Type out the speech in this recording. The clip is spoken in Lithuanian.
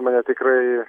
mane tikrai